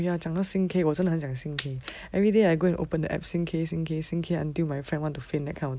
oh ya 讲到 sing K 我真的很想 sing K everyday I go and open the app sing K sing K sing until my friend want to faint that kind of thing